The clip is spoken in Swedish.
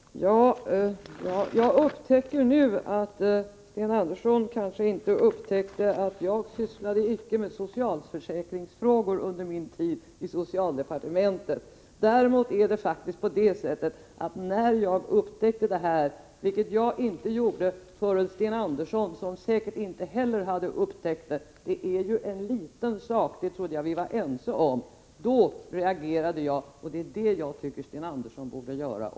Herr talman! Jag märker nu att Sten Andersson kanske inte upptäckte att jag inte sysslade med socialförsäkringsfrågor under min tid i socialdepartementet. Sten Andersson hade säkert inte heller upptäckt saken, om han hade varit i mitt ställe — jag trodde vi var överens om att det är en liten sak. Men när jag upptäckte förhållandet reagerade jag, och det tycker jag att också Sten Andersson borde göra.